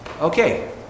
Okay